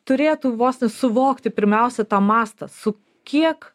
turėtų vos ne suvokti pirmiausia tą mastą su kiek